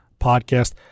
podcast